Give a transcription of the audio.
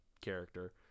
character